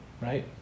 Right